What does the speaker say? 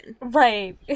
Right